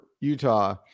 Utah